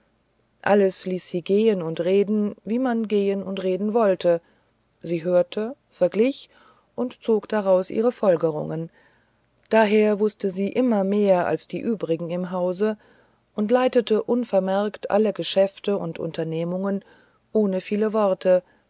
alles ließ sie gehen und reden wie man gehen und reden wollte sie hörte verglich und zog daraus ihre folgerungen daher wußte sie immer mehr als die übrigen im hause und leitete unvermerkt alle geschäfte und unternehmungen ohne viele worte